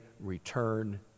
return